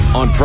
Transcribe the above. on